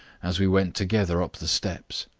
as we went together up the steps.